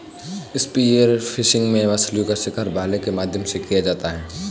spear fishing में मछलीओं का शिकार भाले के माध्यम से किया जाता है